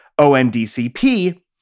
ONDCP